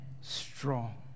strong